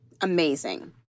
Amazing